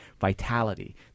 vitality